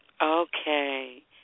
Okay